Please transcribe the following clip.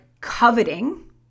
coveting